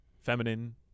feminine